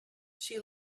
she